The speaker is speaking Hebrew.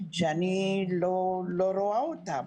שאני לא רואה אותם.